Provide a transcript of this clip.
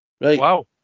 wow